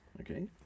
Okay